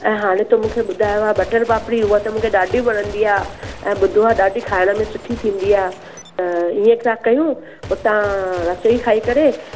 ऐं हाणे तू मूंखे ॿुधायो आ बटर पापड़ी उहा त मूंखे ॾाढी वणंदी आहे ऐं ॿुधो आहे ॾाढी खाइण में सुठी थींदी आहे ईअं था कयूं उतां रसोई खाई करे